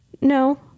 no